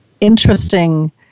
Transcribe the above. interesting